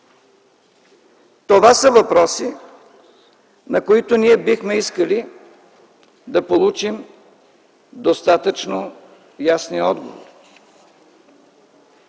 Това са въпроси, на които ние бихме искали да получим достатъчно ясни отговори,